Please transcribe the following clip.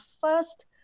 first